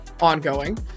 ongoing